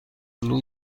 هلو